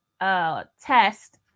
test